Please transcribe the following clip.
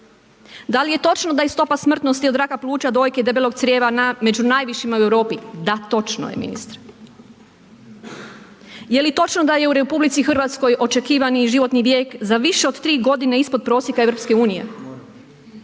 Da li je točno da je stopa smrtnosti od raka pluća, dojke, debelog crijeva među najvišima u Europi? Da, točno je ministre. Jeli točno da je RH očekivani životni vijek za više od tri godine ispod prosjeka EU?